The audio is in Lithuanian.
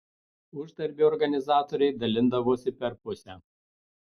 uždarbį organizatoriai dalindavosi per pusę